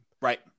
Right